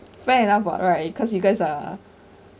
fair enough [what] right cause you guys are